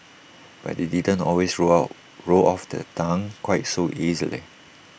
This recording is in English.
but IT didn't always roll roll off her tongue quite so easily